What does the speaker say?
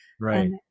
Right